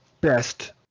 best